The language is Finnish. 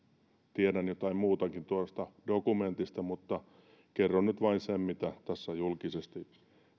tiedän jotain muutakin tuosta dokumentista mutta kerron nyt vain sen mitä tässä julkisesti